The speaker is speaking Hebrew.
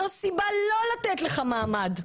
זאת סיבה לא לתת לך מעמד.